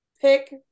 pick